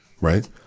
right